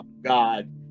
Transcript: God